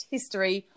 History